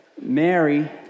Mary